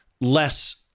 less